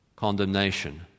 Condemnation